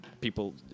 people